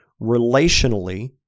relationally